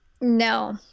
No